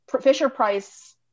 Fisher-Price